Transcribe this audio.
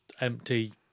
empty